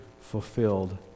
fulfilled